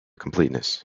completeness